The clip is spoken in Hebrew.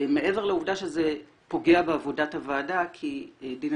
מעבר לעובדה שזה פוגע בעבודת הוועדה כי דינה